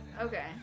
Okay